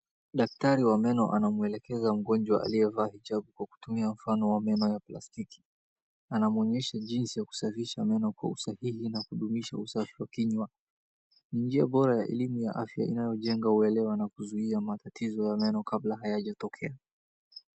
Daktari wa meno anamwelekeza mgonjwa aliyevaa hijabu kwa kutumia mfano wa meno ya plastiki. Anamwonyesha jinsi ya kusafisha meno kwa usahihi na kudumisha usafi wa kinywa. Ni njia bora ya elimu ya afya inayojenga uelewa na kuzuia matatizo ya meno kabla hayajatokea.